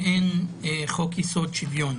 חוק יסוד שוויון.